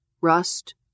Rust